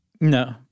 No